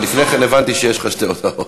אבל לפני כן הבנתי שיש לך שתי הודעות,